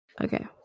Okay